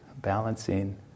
balancing